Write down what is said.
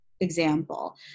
example